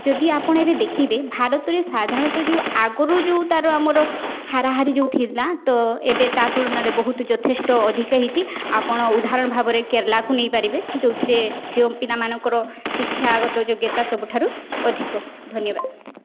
ଯଦି ଆପଣ ଏବେ ଦେଖିବେ ଭାରତରେ ସାଧାରଣତଃ ଯେଉଁ ଆଗୁରୁ ଯେଉଁ ତା'ର ଆମର ହାରାହାରି ଯେଉଁ ଥିଲା ତ ଏବେ ତା ତୁଳନା ରେ ବହୁତ ଯଥେଷ୍ଟ ଅଧିକା ହେଇଛି ଆପଣ ଉଦାହରଣ ଭାବରେ କେରଳ କୁ ନେଇ ପାରିବେ ଯେଉଁଥିରେ ଝିଅ ପିଲା ମାନଙ୍କର ଶିକ୍ଷାଗତ ଯୋଗ୍ୟତା ସବୁଠାରୁ ଅଧିକ ଧନ୍ୟବାଦ